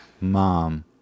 mom